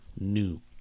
new